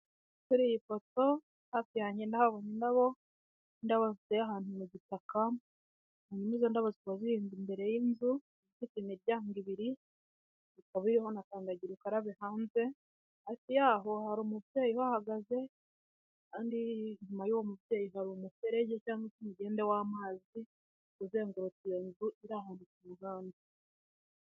Kuri iyi foto hafi yanjye ndahabona indabo, indabo ziteye ahantu mu gitaka, imbere y'izi ndabo ndahabona inzu ifite imiryango ibiri, ikaba iriho na kandagira ukarabe, hanze yaho hari umubyeyi uhagaze kandi inyuma y'uwo mubyeyi hari umuferege cyangwa se umugende w'amazi uzengurutse iyo nzu irahambitse uruganda.